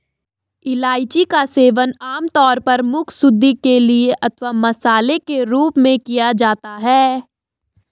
इलायची का सेवन आमतौर पर मुखशुद्धि के लिए अथवा मसाले के रूप में किया जाता है